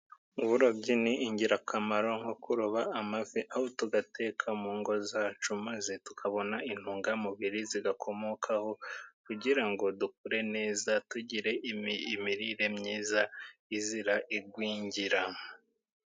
Uburobyi ni ingirakamaro. Nko kuroba amafi aho tuyateka mu ngo zacu, maze tukabona intungamubiri ziyakomokaho kugira ngo dukure neza, tugire imirire myiza izira igwingira.